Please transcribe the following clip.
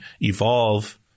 evolve